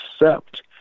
accept